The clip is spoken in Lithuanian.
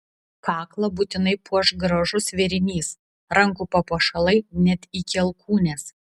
kaklą būtinai puoš gražus vėrinys rankų papuošalai net iki alkūnės